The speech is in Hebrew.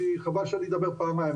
כי חבל שאני אדבר פעמיים,